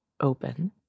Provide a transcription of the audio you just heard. open